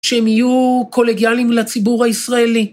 שהם יהיו קולגיאליים לציבור הישראלי.